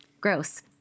Gross